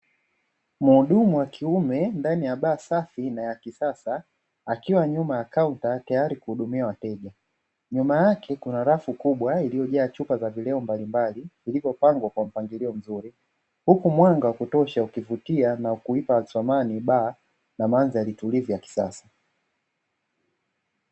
Mhudumu wa kiume ndani ya baa safi na ya kisasa akiwa nyuma ya kaunta, tayari kuwahudumia wateja, nyuma yake kuna rafu kubwa iliyojaa chupa za vileo mbalimbali vilivyopangwa kwa mpangilio mzuri, huku mwanga wa kutosha ukivutia na kuipa thamani baa na mandhari tulivu ya kisasa.